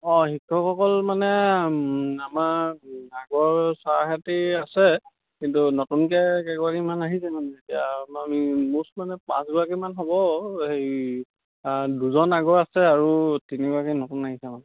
অঁ শিক্ষকসকল মানে আমাৰ আগৰ ছাৰহঁতি আছে কিন্তু নতুনকৈ কেইগৰাকীমান আহিছে মানে এতিয়া আমি মষ্ট মানে পাঁচগৰাকীমান হ'ব হেৰি দুজন আগৰ আছে আৰু তিনিগৰাকী নতুন আহিছে মানে